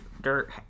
Dirt